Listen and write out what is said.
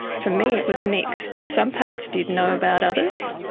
for me it was mixed. some parts did know about others,